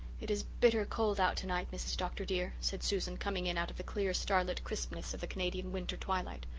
it is bitter cold out tonight, mrs. dr. dear, said susan, susan, coming in out of the clear starlit crispness of the canadian winter twilight.